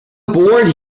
board